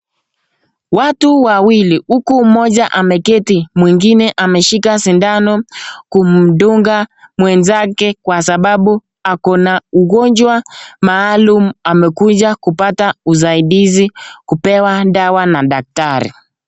Watu wawili huku mmoja ameketi, mwingine ameshika shindano kumdunga mwezake kwa sababu ako na ugonjwa maalum amekuja kupata usaidizi kupewa dawa na dakitari.